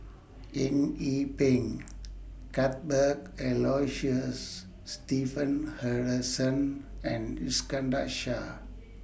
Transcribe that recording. Eng Yee Peng Cuthbert Aloysius and Iskandar Shah